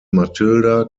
matilda